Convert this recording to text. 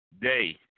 day